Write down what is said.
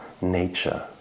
nature